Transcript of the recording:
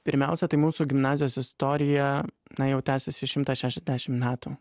pirmiausia tai mūsų gimnazijos istorija na jau tęsiasi šimtą šešiasdešimt metų